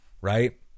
right